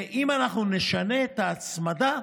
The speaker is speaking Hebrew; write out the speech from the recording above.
אם אנחנו נשנה את ההצמדה,